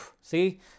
See